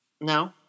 No